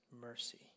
mercy